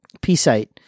P-Site